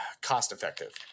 cost-effective